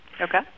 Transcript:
Okay